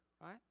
right